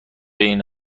این